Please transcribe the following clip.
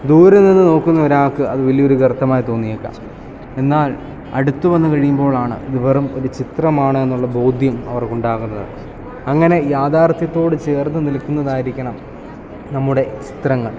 ദൂരെ നിന്ന് നോക്കുന്ന ഒരാൾക്ക് അത് വലിയ ഒരു ഗർത്തമായി തോന്നിയേക്കാം എന്നാൽ അടുത്തു വന്ന് കഴിയുമ്പോഴാണ് ഇത് വെറും ഒരു ചിത്രമാണ് എന്നുള്ള ബോധ്യം അവർക്ക് ഉണ്ടാകുന്നത് അങ്ങനെ യാഥാർഥ്യത്തോട് ചേർന്ന് നിൽക്കുന്നതായിരിക്കണം നമ്മുടെ ചിത്രങ്ങൾ